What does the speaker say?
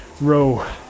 row